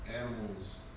Animals